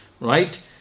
right